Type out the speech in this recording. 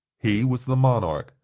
he was the monarch,